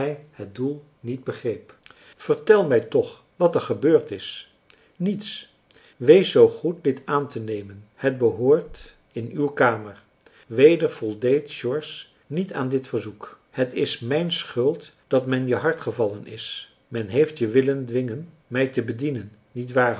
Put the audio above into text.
het doel niet begreep vertel mij toch wat er gebeurd is niets wees zoo goed dit aantenemen het behoort in uw kamer weder voldeed george niet aan dit verzoek t is mijn schuld dat men je hard gevallen is men heeft je willen dwingen mij te bedienen niet waar